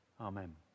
Amen